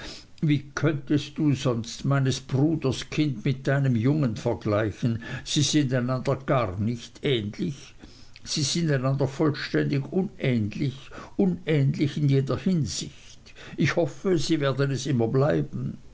wie könntest du sonst meines bruders kind mit deinem jungen vergleichen sie sind einander gar nicht ähnlich sie sind einander vollständig unähnlich unähnlich in jeder hinsicht ich hoffe sie werden es immer bleiben